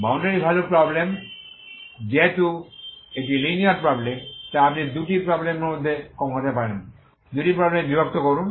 boundary value problem যেহেতু এটি linear problem তাই আপনি দুটি প্রবলেমের মধ্যে কমাতে পারেন দুটি প্রবলেমে বিভক্ত করুন